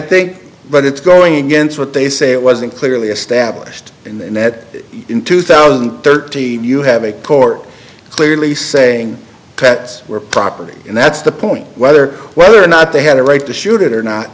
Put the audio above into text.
think but it's going against what they say it wasn't clearly established and that in two thousand and thirteen you have a court clearly saying pets were property and that's the point whether whether or not they had a right to shoot it or not